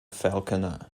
falconer